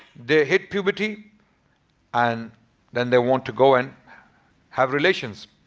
they hit puberty and then they want to go and have relations.